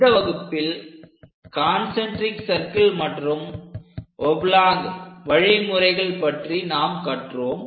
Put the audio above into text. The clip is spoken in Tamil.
இந்த வகுப்பில் கான்செண்ட்ரிக் சர்க்கிள் மற்றும் ஒப்லாங் வழிமுறைகள் பற்றி நாம் கற்றோம்